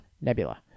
Nebula